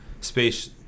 space